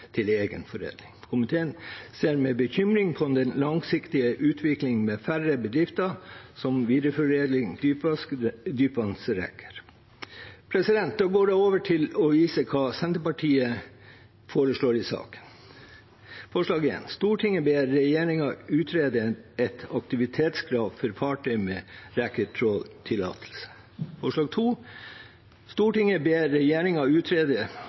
til egen foredling. Komiteen ser med bekymring på den langsiktige utviklingen med færre bedrifter som videreforedler dypvannsreker. Da går jeg over til å vise hva Senterpartiet foreslår i saken. Forslag nr. 1: «Stortinget ber regjeringen utrede et aktivitetskrav for fartøy med reketråltillatelse.» Forslag nr. 2: «Stortinget ber regjeringen utrede